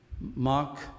mark